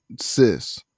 sis